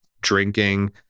drinking